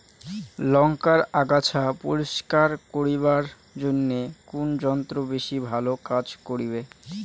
লংকার আগাছা পরিস্কার করিবার জইন্যে কুন যন্ত্র বেশি ভালো কাজ করিবে?